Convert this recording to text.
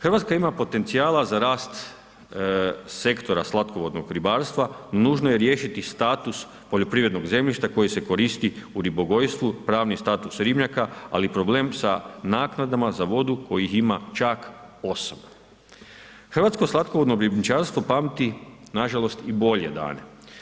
Hrvatska ima potencijala za rast stektora slatkovodnog ribarstva, nužno je riješiti status poljoprivrednog zemljišta koji se koristi u ribogojstvu, pravni status ribnjaka ali i problem sa naknadama za vodu kojih ima čak 8. Hrvatsko slatkovodno ribničarstvo pamti nažalost i bolje dane.